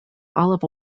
olive